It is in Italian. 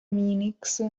minix